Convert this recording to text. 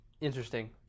interesting